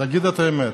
תגיד את האמת?